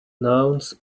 nouns